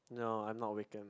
no I'm not Waken